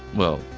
well.